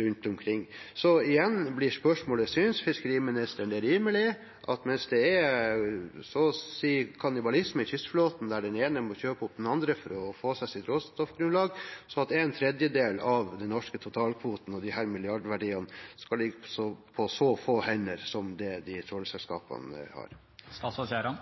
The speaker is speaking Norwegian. rundt omkring. Så igjen blir spørsmålet: Synes fiskeriministeren det er rimelig at mens det er så å si kannibalisme i kystflåten, der den ene må kjøpe opp den andre for å få et råstoffgrunnlag, ligger en tredjedel av den norske totalkvoten og disse milliardverdiene på så få hender som